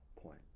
point